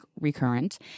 recurrent